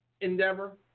endeavor